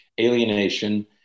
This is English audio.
alienation